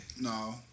No